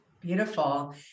Beautiful